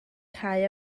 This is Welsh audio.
cau